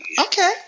okay